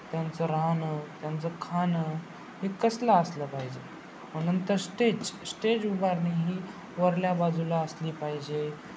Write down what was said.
त्यांचं राहणं त्यांचं खाणं हे कसलं असलं पाहिजे मग नंतर स्टेज स्टेज उभारणी ही वरल्या बाजूला असली पाहिजे